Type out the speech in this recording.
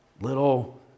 little